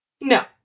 No